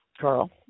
Carl